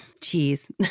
cheese